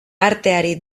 arteari